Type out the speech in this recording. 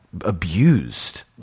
abused